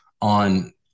on